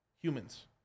Humans